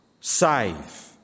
save